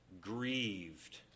Grieved